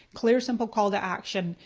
clear simple call to action.